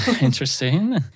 Interesting